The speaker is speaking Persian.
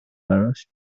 براش